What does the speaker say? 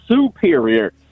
superior